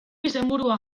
izenburua